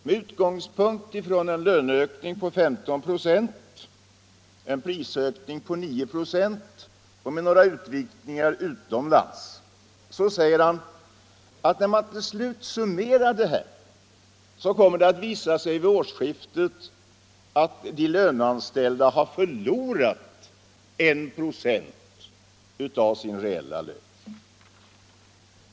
Med utgångspunkt i en löneökning på 15 96, en prisökning på 9 96 och med några utvikningar utomlands säger han, att när man till slut summerar vid årsskiftet kommer det att visa sig att de löneanställda har förlorat 196 av sin reella lön.